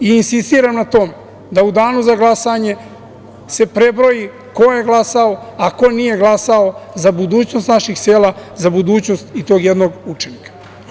Insistiram na tome da u danu za glasanje se prebroji ko je glasao, a ko nije glasao za budućnost naših sela, za budućnost i tog jednog učenika.